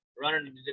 running